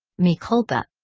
mea culpa.